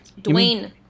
Dwayne